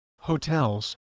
hotels